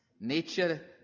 nature